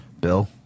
Bill